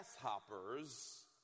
grasshoppers